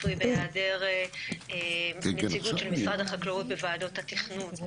הכפרי בהיעדר נציגות של משרד החקלאות בוועדות התכנון.